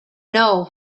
know